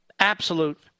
Absolute